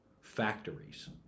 factories